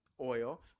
oil